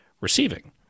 receiving